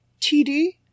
td